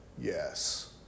yes